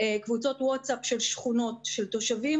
קבוצות ווטסאפ של שכונות ושל תושבים,